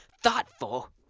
Thoughtful